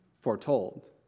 foretold